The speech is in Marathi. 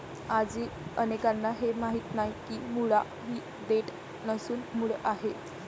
आजही अनेकांना हे माहीत नाही की मुळा ही देठ नसून मूळ आहे